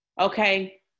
okay